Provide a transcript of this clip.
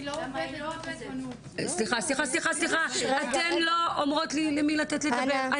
את איתנו עד סוף הדיון?